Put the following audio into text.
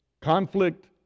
Conflict